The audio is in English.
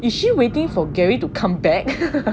is she waiting for gary to come back